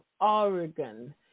Oregon